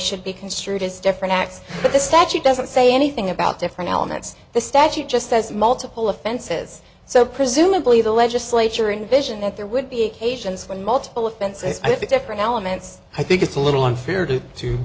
should be construed as different acts but the statute doesn't say anything about different elements the statute just says multiple offenses so presumably the legislature invision that there would be occasions when multiple offenses have a different elements i think it's a little unfair to to